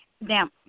Now